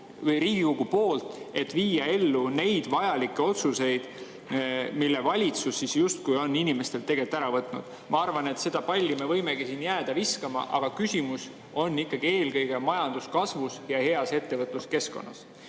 vahendeid, et viia ellu neid vajalikke otsuseid, mille [raha] valitsus justkui on inimestelt ära võtnud. Ma arvan, et seda palli me võimegi jääda viskama. Aga küsimus on ikkagi eelkõige majanduskasvus ja heas ettevõtluskeskkonnas.